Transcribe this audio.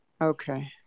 Okay